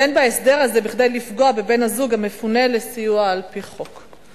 ואין בהסדר הזה כדי לפגוע בבן-הזוג המפונה לסיוע על-פי חוק.